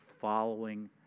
following